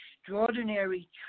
extraordinary